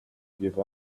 give